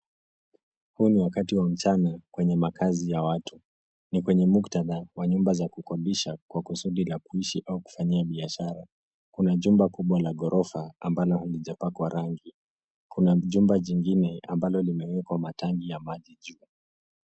Huu ni wakati wa mchana kwenye makazi ya watu. Ni kwenye muktadha wa nyumba za kukodisha kwa kusudi la kuishi au kufanyia biashara. Kuna jumba kubwa la ghorofa ambalo halijapakwa rangi. Kuna jumba jingine ambalo limewekwa matangi ya maji juu.